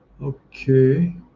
Okay